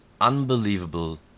unbelievable